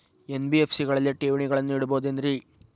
NBFC ಗಳಲ್ಲಿ ಠೇವಣಿಗಳನ್ನು ಇಡಬಹುದೇನ್ರಿ?